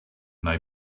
they